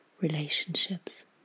relationships